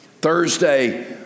Thursday